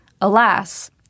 Alas